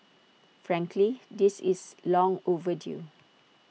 frankly this is long overdue